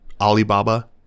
Alibaba